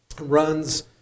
runs